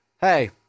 Hey